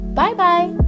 bye-bye